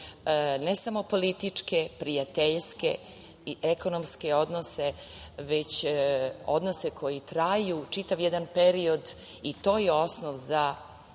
ne samo političke, prijateljske i ekonomske odnose, već odnose koji traju čitav jedan period, i to je osnov za